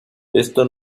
esto